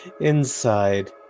inside